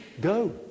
go